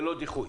ללא דיחוי.